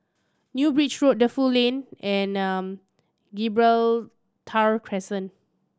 New Bridge Road Defu Lane and Gibraltar Crescent